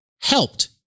helped